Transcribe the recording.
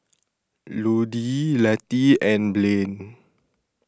Ludie Lettie and Blain